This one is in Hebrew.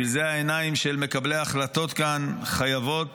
בשביל זה העיניים של מקבלי ההחלטות כאן חייבות